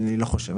אני לא חושב.